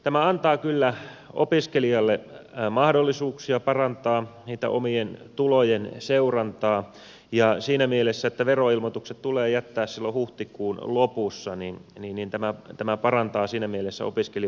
tämä antaa kyllä opiskelijalle mahdollisuuksia parantaa omien tulojen seurantaa ja siinä mielessä kun veroilmoitukset tulee jättää silloin huhtikuun lopussa tämä parantaa siinä mielessä opiskelijoitten asemaa